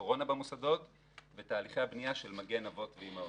קורונה במוסדות; ותהליכי הבנייה של "מגן אבות ואימהות".